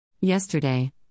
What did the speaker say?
Yesterday